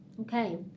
Okay